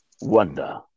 wonder